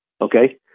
Okay